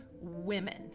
women